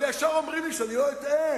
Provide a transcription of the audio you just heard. אבל ישר אומרים לי שאני לא אטעה.